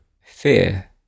fear